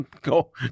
go